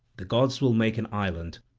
the gods will make an island,